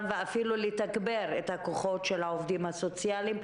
ואפילו לתגבר את הכוחות של העובדים הסוציאליים,